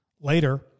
Later